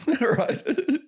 Right